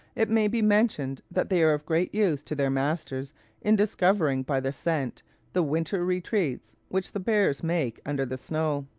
it may be mentioned that they are of great use to their masters in discovering by the scent the winter retreats which the bears make under the snow.